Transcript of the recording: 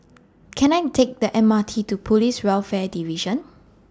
Can I Take The M R T to Police Welfare Division